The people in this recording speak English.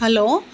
hello